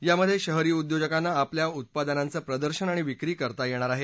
यामध्ये शहरी उद्योजकांना आपल्या उत्पादनांचं प्रदर्शन आणि विक्री करता येणार आहे